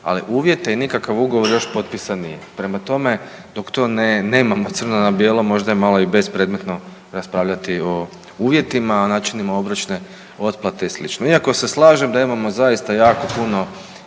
Ali uvjete i nikakav ugovor još potpisan nije. Prema tome, dok to nemamo crno na bijelo možda je malo i bespredmetno raspravljati o uvjetima, načinima obročne otplate i sl. Iako se slažem da imamo zaista jako puno